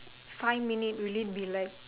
five minute will it be like